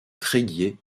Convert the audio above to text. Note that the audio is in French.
tréguier